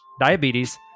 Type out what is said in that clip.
diabetes